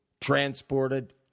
transported